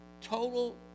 total